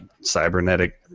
cybernetic